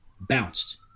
bounced